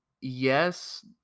yes